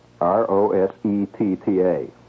R-O-S-E-T-T-A